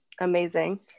amazing